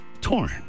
torn